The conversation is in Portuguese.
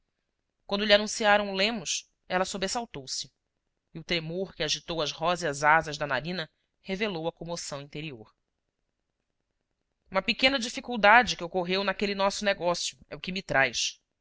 quando lhe anunciaram o lemos ela sobressaltou-se e o tremor que agitou as róseas asas da narina revelou a comoção interior uma pequena dificuldade que ocorreu naquele nosso negócio é o que me traz